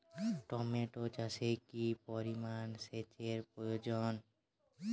Tomato চাষে কি পরিমান সেচের প্রয়োজন?